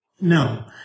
No